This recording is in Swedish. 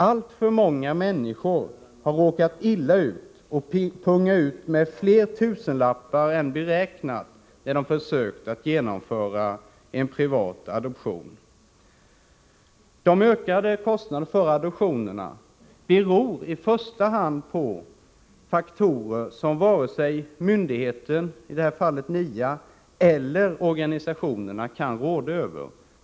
Alltför många människor har råkat illa ut och tvingats punga ut med fler tusenlappar än beräknat när de försökt genomföra en privat adoption. De ökade kostnaderna för adoption beror i första hand på faktorer som varken NIA eller organisationerna kan råda över.